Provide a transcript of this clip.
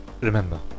Remember